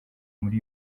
muri